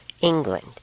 England